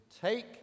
take